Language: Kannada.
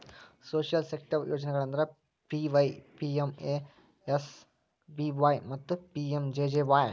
ಸೋಶಿಯಲ್ ಸೆಕ್ಟರ್ ಯೋಜನೆಗಳಂದ್ರ ಪಿ.ವೈ.ಪಿ.ಎಮ್.ಎಸ್.ಬಿ.ವಾಯ್ ಮತ್ತ ಪಿ.ಎಂ.ಜೆ.ಜೆ.ವಾಯ್